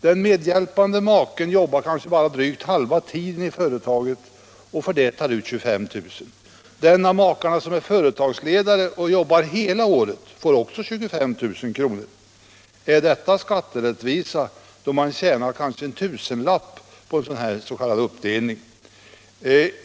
Den medhjälpande maken jobbar bara drygt halva tiden i företaget och tar för det ut 25 000 kr. Den av makarna som är företagsledare och jobbar hela året får också 25 000 kr. Är detta skatterättvisa, då man tjänar kanske en tusenlapp på en sådan s.k. uppdelning?